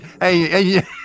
hey